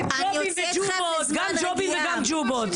גם ג'ובים וגם ג'ובות,